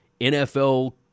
NFL